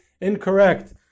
incorrect